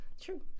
True